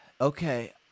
Okay